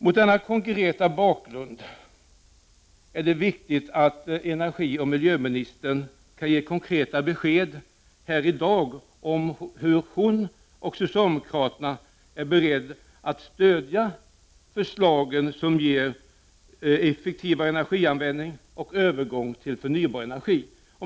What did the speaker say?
Mot denna konkreta bakgrund är det viktigt att miljöoch energiministern kan ge konkreta besked här i dag om hur hon och socialdemokraterna är beredda att stödja de förslag som resulterar i effektivare energianvändning och övergång till förnybar energi.